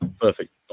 Perfect